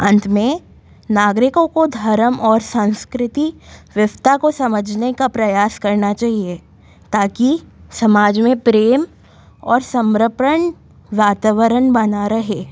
अंत में नागरिकों को धर्म और सांस्कृति विविधता को समझने का प्रयास करना चाहिए ताकि समाज में प्रेम और समर्पण वातावरण बना रहे